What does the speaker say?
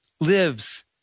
lives